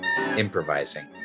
improvising